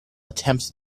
attempt